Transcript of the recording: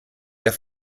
der